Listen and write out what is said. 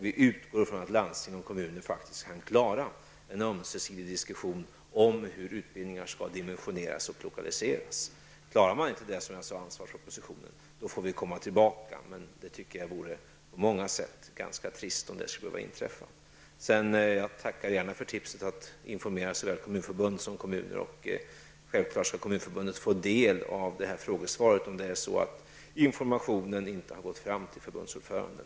Vi utgår ifrån att landsting och kommuner faktiskt kan klara en ömsesidig diskussion om hur utbildningar skall dimensioneras och lokaliseras. Klarar man inte detta får vi återkomma som jag sade i ansvarspropositionen. Jag tycker dock att det vore ganska trist på många sätt om det skulle behöva inträffa. Jag tackar för tipset att man skall informera såväl Kommunförbundet skall självfallet få del av detta frågesvar om informationen inte har gått fram till förbundsordföranden.